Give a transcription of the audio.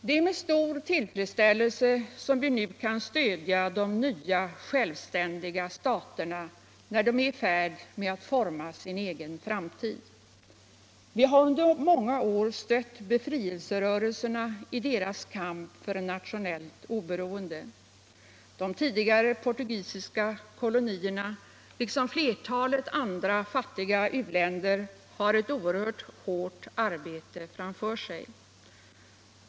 Det är med stor tillfredsställelse som vi nu kan stödja de nya, självständiga staterna när de är i färd med att forma sin egen framtid. Vi har under många år stött befrielserörelserna i deras kamp för nationellt oberoende. De tidigare portugisiska kolonierna liksom flertalet andra fattiga u-länder har ett oerhört hårt arbete framför sig.